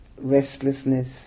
restlessness